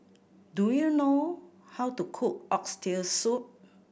do you know how to cook Oxtail Soup